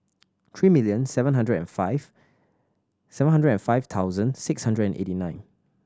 three million seven hundred and five seven hundred and five thousand six hundred and eighty nine